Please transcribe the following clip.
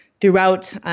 throughout